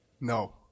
No